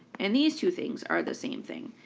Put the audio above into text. and these two things are the same thing.